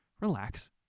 relax